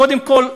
קודם כול,